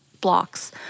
blocks